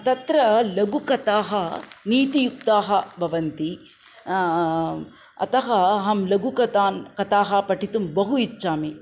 तत्र लघुः कथाः नीतियुक्ताः भवन्ति अतः अहं लघुकथां कथाः पठितुं बहु इच्छामि